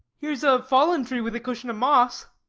here's a fallen tree with a cushion of moss.